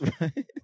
right